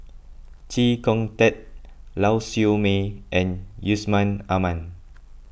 Chee Kong Tet Lau Siew Mei and Yusman Aman